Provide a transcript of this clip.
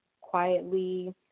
quietly